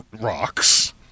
Rocks